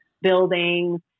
buildings